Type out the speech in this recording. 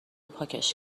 پاکش